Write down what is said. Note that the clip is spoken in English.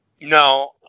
No